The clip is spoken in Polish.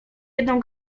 jedną